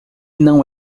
não